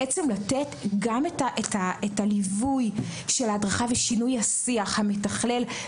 לתת גם את הליווי של ההדרכה ושינוי השיח המתכלל,